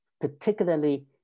particularly